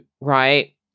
right